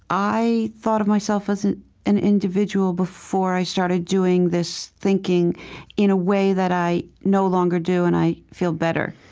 i thought of myself as an individual before i started doing this thinking in a way that i no longer do. and i feel better.